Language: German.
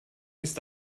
ist